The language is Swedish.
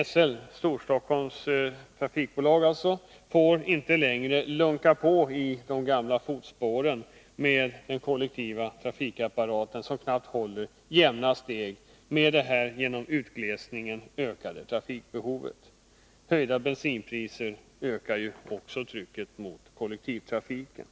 AB Storstockholms Lokaltrafik, SL, får inte längre lunka på i de gamla fotspåren med en kollektiv trafikapparat som knappast håller jämna steg med det genom utglesningen ökade trafikbehovet. Också höjda bensinpriser ökar trycket mot kollektivtrafiken.